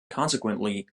consequently